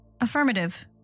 Affirmative